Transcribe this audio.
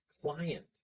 client